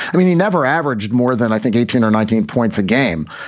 i mean, he never averaged more than, i think, eighteen or nineteen points a game.